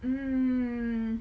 mm